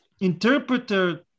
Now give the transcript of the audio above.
interpreter